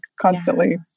constantly